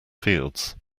fields